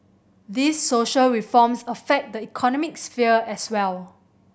these social reforms affect the economic sphere as well